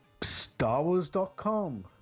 StarWars.com